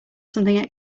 something